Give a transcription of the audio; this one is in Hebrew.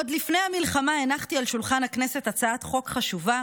עוד לפני המלחמה הנחתי על שולחן הכנסת הצעת חוק חשובה